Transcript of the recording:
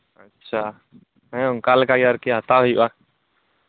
ᱟᱪᱪᱷᱟ ᱦᱮᱸ ᱚᱱᱠᱟ ᱞᱮᱠᱟᱜᱮ ᱟᱨᱠᱤ ᱦᱟᱛᱟᱣ ᱦᱩᱭᱩᱜᱼᱟ